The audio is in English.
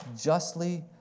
justly